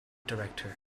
director